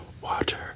water